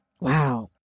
Wow